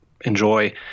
enjoy